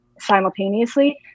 simultaneously